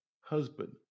husband